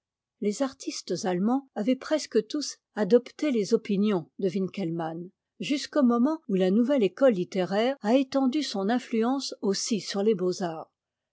les artistes allemands avaient presque tous adopté les opinions de winkelmann jusqu'au moment où la nouvelle école littéraire a étendu son influence aussi sur les beaux-arts